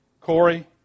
Corey